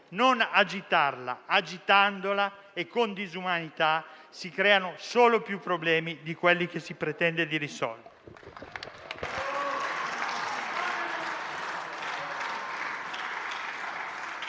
non agitarla. Agitandola, e con disumanità, si creano solo più problemi di quelli che si pretende di risolvere.